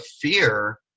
fear